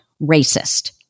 racist